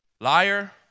liar